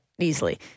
easily